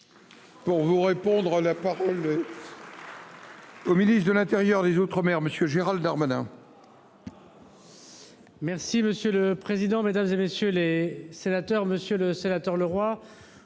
Pour vous répondre, la parole. Au ministre de l'Intérieur, les Outre-mer monsieur Gérald Darmanin.